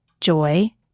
joy